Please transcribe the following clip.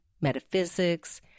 metaphysics